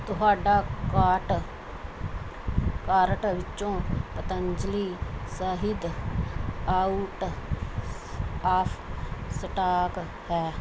ਤੁਹਾਡਾ cart cart ਵਿੱਚੋਂ ਪਤੰਜਲੀ ਸ਼ਹਿਦ ਆਊਟ ਸ ਆਫ਼ ਸਟਾਕ ਹੈ